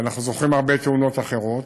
ואנחנו זוכרים הרבה תאונות אחרות,